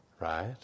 Right